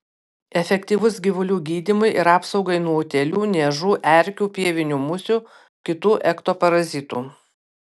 efektyvus gyvulių gydymui ir apsaugai nuo utėlių niežų erkių pievinių musių kitų ektoparazitų